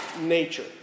nature